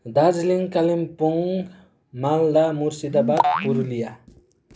Darjeeling Kalimpong Malda Murshidabad Purulia